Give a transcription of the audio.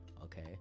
Okay